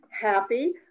happy